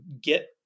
get